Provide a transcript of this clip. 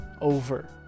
over